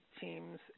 teams